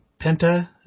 Penta